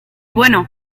bueno